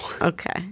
Okay